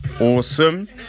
awesome